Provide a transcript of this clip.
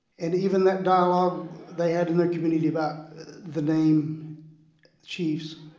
and even that dialog they had in the community about the name chiefs,